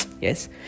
Yes